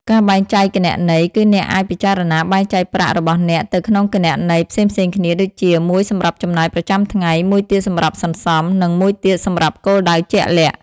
ការបែងចែកគណនី គឺអ្នកអាចពិចារណាបែងចែកប្រាក់របស់អ្នកទៅក្នុងគណនីផ្សេងៗគ្នា ដូចជា មួយសម្រាប់ចំណាយប្រចាំថ្ងៃ មួយទៀតសម្រាប់សន្សំ និងមួយទៀតសម្រាប់គោលដៅជាក់លាក់។